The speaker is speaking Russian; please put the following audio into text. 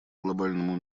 глобальному